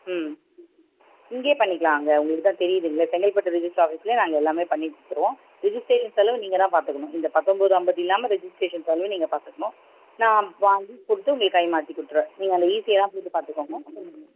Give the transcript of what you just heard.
ம் இங்கேயே பண்ணிக்கலாங்க உங்களுக்கு தான் தெரியுதுல்ல செங்கல்பட்டு ரிஜிஸ்டர் ஆஃபீஸ்ல நாங்கள் எல்லாமே பண்ணிக் கொடுத்துருவோம் ரிஜிஸ்ட்ரேஷன் செலவு நீங்க தான் பார்த்துக்கணும் இந்த பத்தொம்பது ஐம்பது இல்லாமல் ரிஜிஸ்ட்ரேஷன் செலவு நீங்கள் பார்த்துக்கணும் நான் வாங்கி கொடுத்து உங்களுக்கு கை மாற்றி கொடுத்துருவேன் நீங்கள் அந்த ஈஸியெல்லாம் போட்டு பார்த்துக்கோங்க